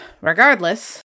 Regardless